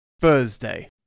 Thursday